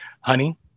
honey